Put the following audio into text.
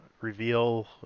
reveal